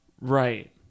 Right